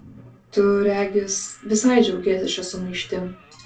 tu regis visai džiaugiesi šia sumaištim